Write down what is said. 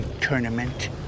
tournament